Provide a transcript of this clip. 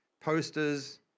posters